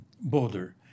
border